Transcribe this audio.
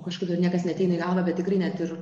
kažkodėl niekas neateina į galvą bet tikrai net ir